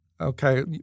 Okay